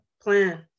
plan